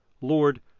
Lord